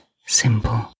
simple